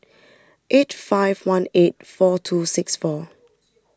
eight five one eight four two six four